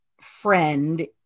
friend